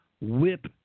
whip